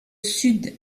sud